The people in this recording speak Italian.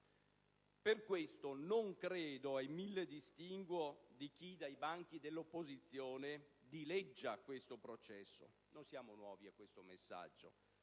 Per questo non credo ai mille distinguo di chi dai banchi dell'opposizione dileggia questo processo. Non siamo nuovi a questo messaggio.